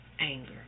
anger